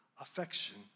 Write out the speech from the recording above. affection